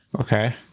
Okay